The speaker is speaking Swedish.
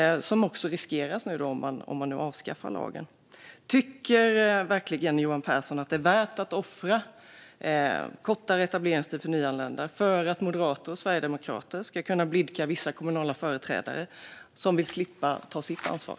Förändringen riskeras om man nu avskaffar lagen. Tycker verkligen Johan Pehrson att det är värt att offra kortare etableringstid för nyanlända för att moderater och sverigedemokrater ska kunna blidka vissa kommunala företrädare som vill slippa att ta sitt ansvar?